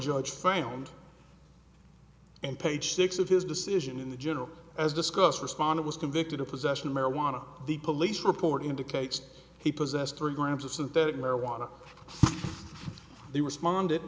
judge found and page six of his decision in the general as discussed responded was convicted of possession of marijuana the police report indicates he possessed three grams of synthetic marijuana they responded